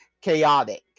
chaotic